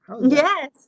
Yes